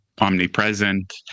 omnipresent